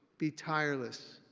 be tireless.